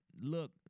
look